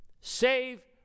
Save